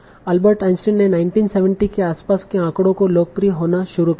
Albert Einstein ने 1970 के आसपास के आंकड़ों में लोकप्रिय होना शुरू कर दिया